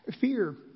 Fear